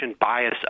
bias